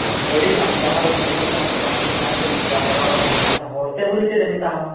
ᱚᱱᱟ ᱜᱟᱹᱰᱤ ᱟᱢ ᱡᱟᱦᱟᱸ ᱞᱮᱠᱟᱢ ᱡᱚᱛᱚᱱᱚᱜ ᱠᱟᱱᱟ ᱥᱮ ᱡᱟᱦᱟᱸ ᱞᱮᱠᱟ ᱡᱟᱦᱟᱥᱮᱫ ᱮᱢ ᱤᱫᱤᱭᱟ ᱯᱮᱲᱟ ᱚᱲᱟᱜ ᱮᱢ ᱤᱫᱤᱭᱟ ᱡᱟᱦᱟᱸ ᱦᱚᱲᱛᱮ ᱵᱚᱞᱮ ᱪᱮᱫ ᱮ ᱢᱮᱛᱟᱢᱟ